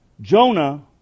Jonah